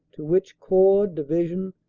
to which corps, division,